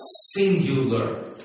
singular